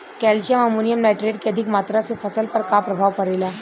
Calcium ammonium nitrate के अधिक मात्रा से फसल पर का प्रभाव परेला?